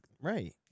right